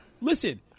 Listen